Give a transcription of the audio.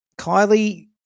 Kylie